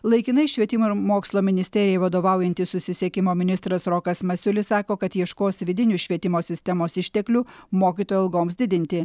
laikinai švietimo ir mokslo ministerijai vadovaujantis susisiekimo ministras rokas masiulis sako kad ieškos vidinių švietimo sistemos išteklių mokytojų algoms didinti